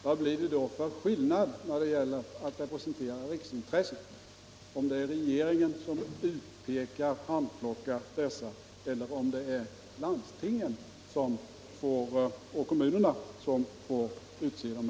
Vad blir det då för skillnad när det gäller att representera riksintresset om regeringen handplockar dessa representanter eller om landsting och kommuner får utse dem?